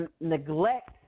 neglect